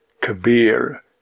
Kabir